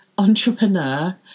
entrepreneur